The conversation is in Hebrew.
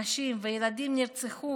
נשים וילדים נרצחו,